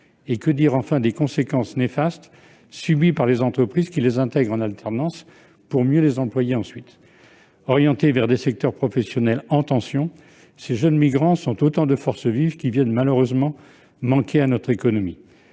Que dire, enfin, des conséquences néfastes subies par les entreprises qui les intègrent en alternance pour mieux les employer ensuite ? Orientés vers des secteurs professionnels en tension, ces jeunes migrants sont autant de forces vives qui manquent malheureusement à notre économie.